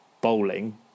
bowling